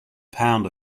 pound